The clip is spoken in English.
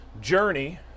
journey